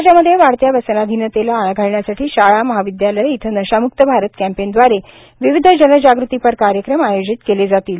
समाजामध्ये वाढत्या व्यसनाधिनतेला आळा घालण्यासाठी शाळा महाविद्यालये येथे नशाम्क्त भारत कॅम्पेनव्दारे विविध जनजागृतीपर कार्यक्रम आयोजित केले जातील